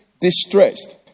distressed